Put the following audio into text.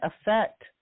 affect